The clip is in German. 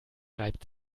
reibt